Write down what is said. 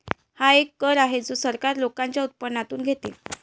हा एक कर आहे जो सरकार लोकांच्या उत्पन्नातून घेते